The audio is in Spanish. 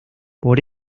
por